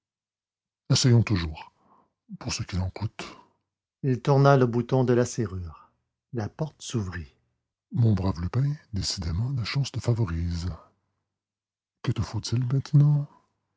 essayons toujours pour ce qu'il en coûte il tourna le bouton de la serrure la porte s'ouvrit mon brave lupin décidément la chance te favorise que te faut-il maintenant